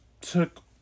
took